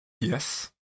Yes